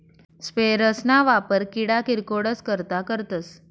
sprayers ना वापर किडा किरकोडस करता करतस